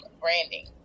branding